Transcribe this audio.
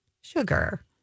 sugar